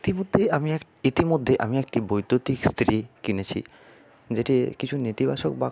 ইতিমধ্যে আমি এক ইতিমধ্যে আমি একটি বৈদ্যুতিক ইস্ত্রি কিনেছি যেটির কিছু নেতিবাচক বাক্য